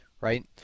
right